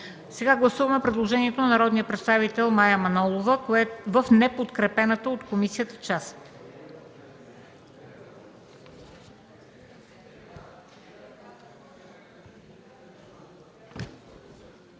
Сега гласуваме предложението на народния представител Мая Манолова в неподкрепената от комисията част.